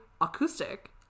acoustic